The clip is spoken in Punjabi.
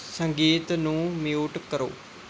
ਸੰਗੀਤ ਨੂੰ ਮਿਊਟ ਕਰੋ